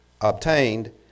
obtained